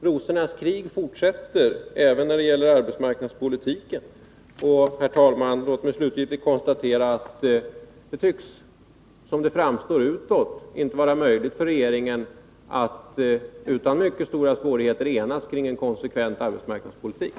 Rosornas krig fortsätter även när det gäller arbetsmarknadspolitiken. Herr talman! Låt mig slutgiltigt konstatera att det inte tycks — som det framstår utåt — vara möjligt för regeringen att utan mycket stora svårigheter enas kring en konsekvent arbetsmarknadspolitik.